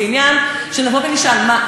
זה עניין שנבוא ונשאל: מה,